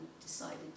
decided